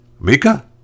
Mika